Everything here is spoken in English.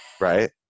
right